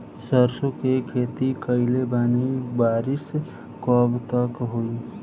सरसों के खेती कईले बानी बारिश कब तक होई?